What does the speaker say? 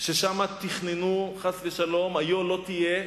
ששם תכננו, חס ושלום, היה לא תהיה,